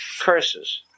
curses